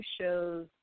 shows